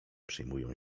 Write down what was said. przyjmują